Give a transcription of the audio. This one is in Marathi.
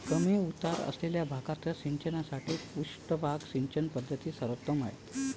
कमी उतार असलेल्या भागात सिंचनासाठी पृष्ठभाग सिंचन पद्धत सर्वोत्तम आहे